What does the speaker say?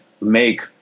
make